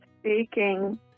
speaking